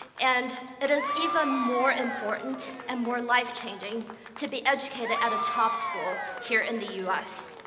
and it is even more important and more life-changing to be educated at a top school here in the us.